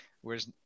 whereas